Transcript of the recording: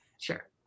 Sure